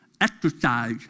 exercise